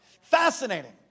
Fascinating